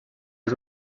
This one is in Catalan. els